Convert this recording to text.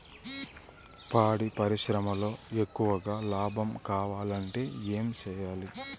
పాడి పరిశ్రమలో ఎక్కువగా లాభం కావాలంటే ఏం చేయాలి?